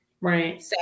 Right